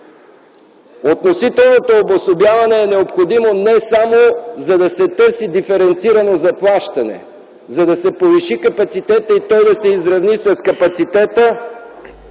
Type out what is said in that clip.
Относителното обособяване е необходимо, но не само за да се търси диференцирано заплащане, а за да се повиши капацитетът и той да се изравни с капацитета